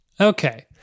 Okay